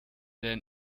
denn